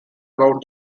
about